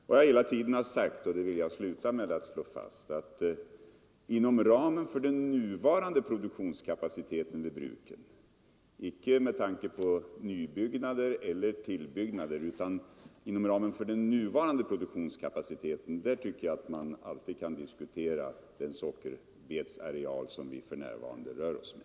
Vad jag hela tiden framhållit — och det vill jag sluta med att ännu en gång slå fast — är att man inom ramen för den nuvarande produktionskapaciteten vid bruken, alltså inte med några nyeller tillbyggnader, bör kunna diskutera den sockerbetsareal som vi för närvarande rör oss med.